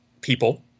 people